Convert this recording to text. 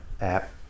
app